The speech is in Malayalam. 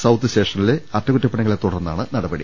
സൌത്ത് സ്റ്റേഷനിലെ അറ്റകുറ്റപ്പണികളെ തുടർന്നാണ് നടപടി